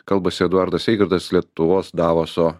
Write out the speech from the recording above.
kalbasi eduardas eigardas lietuvos davoso